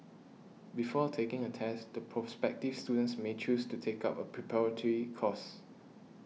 before taking a test the prospective students may choose to take up a preparatory course